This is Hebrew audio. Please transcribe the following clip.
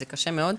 זה קשה מאוד.